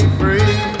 free